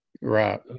Right